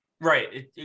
Right